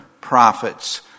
prophets